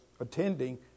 attending